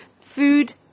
food